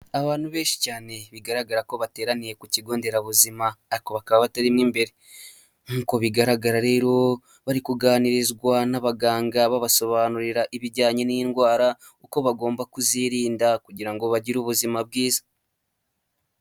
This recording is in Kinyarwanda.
Abantu benshi cyane bigaragara ko bateraniye ku kigo nderabuzima ariko bakaba batarimo imbere nk'uko bigaragara rero, bari kuganirizwa n'abaganga babasobanurira ibijyanye n'i ndwara uko bagomba kuzirinda kugira ngo bagire ubuzima bwiza.